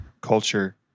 Culture